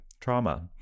Trauma